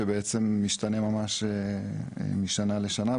שבעצם ממש משתנה משנה לשנה,